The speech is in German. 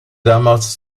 damals